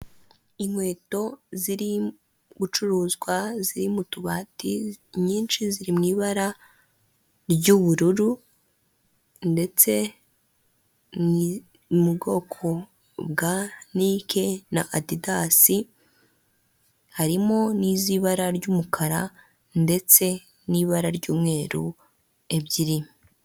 Inkweto ziri gucuruzwa ziri mu tubati, inyinshi ziri mu ibara ry'ubururu ndetse n'ubwoko bwa nike na adidasi, harimo n'iz'ibara ry'umukara ndetse n'ibara ry'umweru ebyiri.